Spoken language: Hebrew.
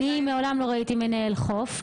אני מעולם לא ראיתי מנהל חוף.